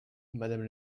madame